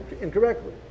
incorrectly